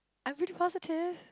I'm pretty positive